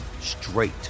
straight